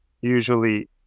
usually